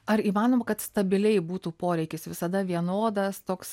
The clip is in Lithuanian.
ar įmanoma kad stabiliai būtų poreikis visada vienodas toks